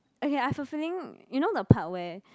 okay I have a feeling you know the part where